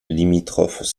limitrophes